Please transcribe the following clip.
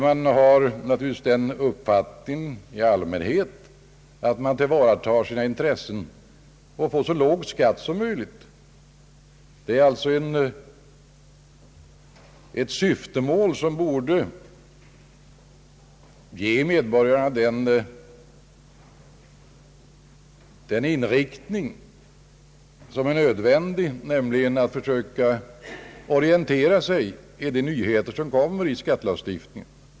Man har i allmänhet den uppfattningen att man skall tillvarata sina intressen och få så låg skatt som möjligt. Det är alltså ett syftemål som borde ge medborgarna den inriktning som är nödvändig, nämligen att försöka orientera sig om de nyheter som kommer i skattelagstiftningen.